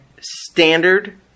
standard